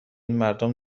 مردم